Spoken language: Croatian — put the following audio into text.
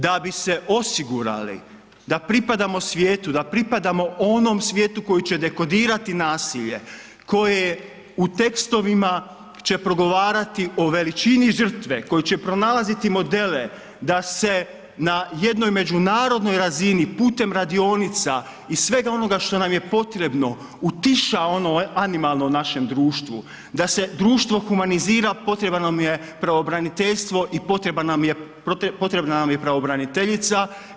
Da bi se osigurali da pripadamo svijetu, da pripadamo onom svijetu koji će dekodirati nasilje koje u tekstovima će progovarati o veličini žrtve, koji će pronalaziti modele da se na jednoj međunarodnoj razini putem radionica i svega onoga što nam je potrebno utiša ono animalno u našem društvu, da se društvo humanizira potrebno nam je pravobraniteljstvo i potrebna nam je pravobraniteljica.